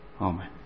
Amen